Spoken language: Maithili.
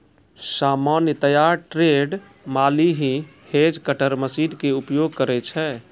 सामान्यतया ट्रेंड माली हीं हेज कटर मशीन के उपयोग करै छै